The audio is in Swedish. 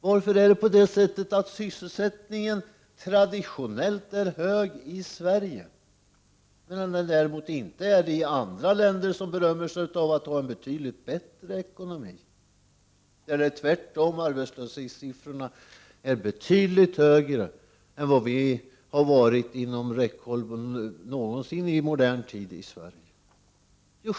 Varför är sysselsättningen traditionellt hög i Sverige, medan den däremot inte är det i andra länder, som berömmer sig av att ha en betydligt bättre ekonomi? Där är arbetslöshetssiffrorna betydligt högre än vad vi i Sverige har varit inom räckhåll för någonsin i modern tid.